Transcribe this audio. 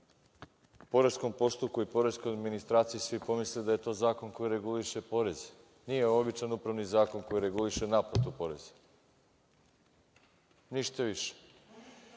o poreskom postupku i poreskoj administraciji, svi pomisle da je to zakon koji reguliše porez. Nije, ovo je običan upravni zakon koji reguliše naplatu poreza. Ništa više.